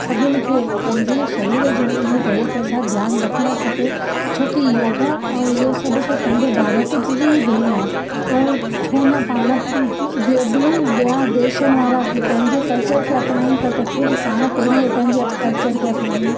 सभिनि खे पंहिंजी शरीर जो इन तरीक़े सां ध्यानु रखिणो खपे छो कू योगा ऐं ईअं सभु त पंहिंजे भारत जी ई देन आहे त छो न पाण ॿियूं बाए देशन वारा पंहिंजे कल्चर खे अपनाइन ता त छो न पाण पहिरीं पंहिंजे कल्चर खे अपनायूं